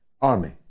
army